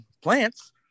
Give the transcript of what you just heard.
plants